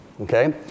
Okay